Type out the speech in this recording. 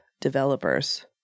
developers